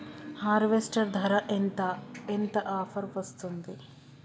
Harvester ధర ఎంత ఎంత ఆఫర్ వస్తుంది?